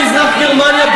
תסתכלו מה קרה במזרח-גרמניה,